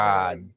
God